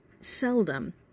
seldom